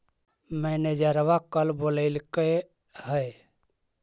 मैनेजरवा कल बोलैलके है?